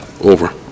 over